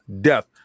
death